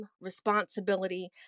responsibility